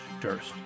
Durst